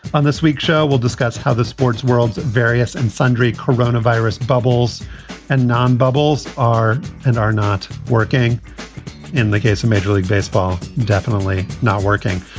on this week's show, we'll discuss how the sports world's various and sundry corona virus bubbles and non bubbles are and are not working in the case of major league baseball. definitely not working.